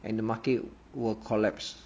and the market will collapse